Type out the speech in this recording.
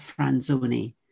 Franzoni